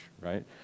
right